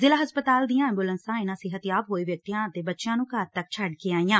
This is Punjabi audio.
ਜ਼ਿਲ਼ਾ ਹਸਪਤਾਲ ਦੀਆਂ ਐਂਬੁਲੈਂਸਾਂ ਇਨਾਂ ਸਿਹਤਯਾਬ ਹੋਏ ਵਿਅਕਤੀਆਂ ਅਤੇ ਬੱਚਿਆਂ ਨੂੰ ਘਰ ਤੱਕ ਛੱਡ ਕੇ ਆਈਆਂ